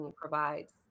provides